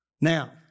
Now